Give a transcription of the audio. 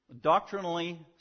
Doctrinally